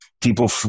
people